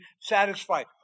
satisfied